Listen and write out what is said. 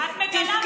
את מגנה מחנה אחד,